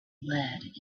lead